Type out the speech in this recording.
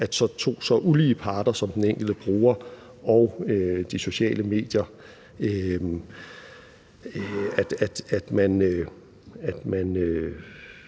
til to så ulige parter som den enkelte bruger og de sociale medier udligner